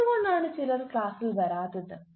എന്തുകൊണ്ടാണ് ചിലർ ക്ലാസ്സിൽ വരാത്തത്